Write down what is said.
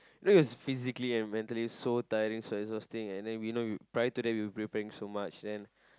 though it was physically and mentally so tiring so exhausting and then we know you prior to that we were preparing so much then